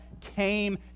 came